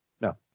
No